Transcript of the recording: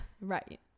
right